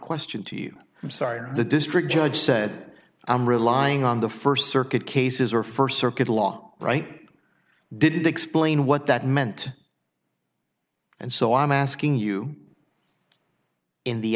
question to you i'm sorry the district judge said i'm relying on the first circuit cases or first circuit law right didn't explain what that meant and so i'm asking you in the